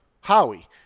Howie